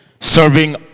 Serving